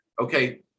okay